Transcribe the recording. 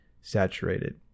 saturated